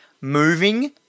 Moving